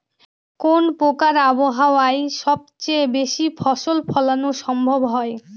কোন প্রকার আবহাওয়ায় সবচেয়ে বেশি ফসল ফলানো সম্ভব হয়?